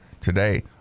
today